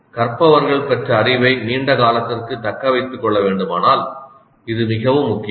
கற்பவர்கள் பெற்ற அறிவை நீண்ட காலத்திற்கு தக்க வைத்துக் கொள்ள வேண்டுமானால் இது மிகவும் முக்கியம்